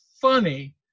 funny